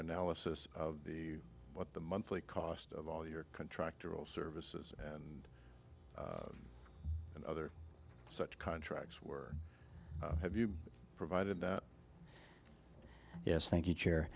analysis of what the monthly cost of all your contractor all services and and other such contracts were have you provided that yes thank you chair